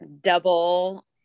double